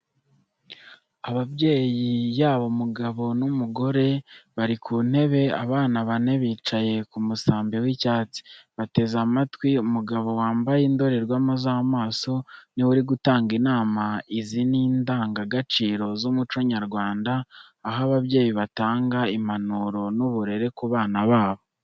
Ababyeyi yaba umugabo n’umugore bari ku ntebe, Abana bane bicaye kumusambi w’icyatsi, bateze amatwi Umugabo wambaye indorerwamo z'amaso, niwe uri gutanga inama izi n'indanga gaciro z’umuco nyarwanda aho ababyeyi batanga impanuro n'uburere ku bana babo.